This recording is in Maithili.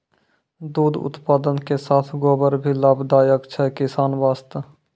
दुग्ध उत्पादन के साथॅ गोबर भी लाभदायक छै किसान वास्तॅ